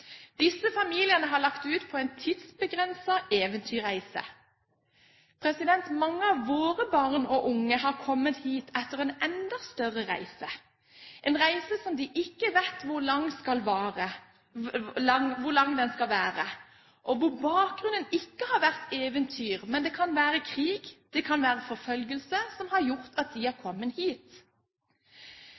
Disse familiene har lagt ut på en tidsbegrenset eventyrreise. Mange av våre barn og unge har kommet hit etter en enda større reise, en reise som de ikke vet hvor lenge skal vare, og hvor bakgrunnen ikke har vært eventyr, men det kan være krig eller forfølgelse som har gjort at de har kommet hit.